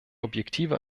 objektive